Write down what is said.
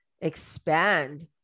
expand